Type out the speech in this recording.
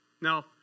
Now